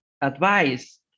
advice